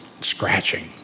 scratching